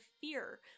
fear